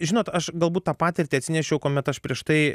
žinot aš galbūt tą patirtį atsinešiau kuomet aš prieš tai